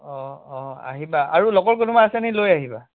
অঁ অঁ আহিবা আৰু লগৰ কোনোবা আছে নি লৈ আহিবা